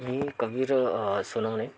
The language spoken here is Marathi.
मी कबीर सोनवणे